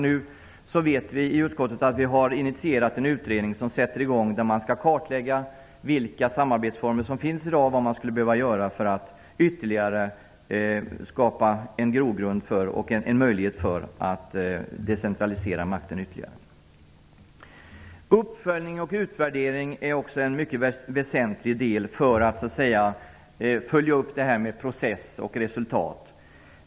Vi vet i utskottet att det har initierats en utredning som skall kartlägga vilka samarbetsformer som finns i dag och vad som behöver göras för att ytterligare skapa en grogrund och en möjlighet för att decentralisera makten ytterligare. Uppföljning och utvärdering är en väsentlig del för att följa upp process och resultat.